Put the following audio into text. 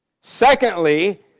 Secondly